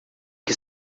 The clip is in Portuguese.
que